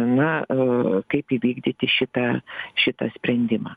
na kaip įvykdyti šitą šitą sprendimą